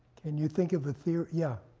can you think of a theory? yeah?